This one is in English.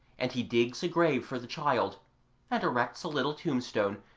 and he digs a grave for the child and erects a little tombstone,